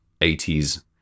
80s